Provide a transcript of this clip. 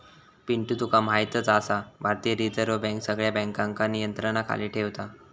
पिंटू तुका म्हायतच आसा, भारतीय रिझर्व बँक सगळ्या बँकांका नियंत्रणाखाली ठेवता